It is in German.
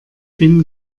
bin